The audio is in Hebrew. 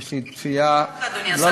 יש לי תביעה, אני מכירה אותך, אדוני השר.